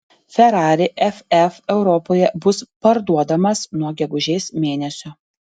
ferrari ff europoje bus parduodamas nuo gegužės mėnesio